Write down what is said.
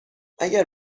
اگر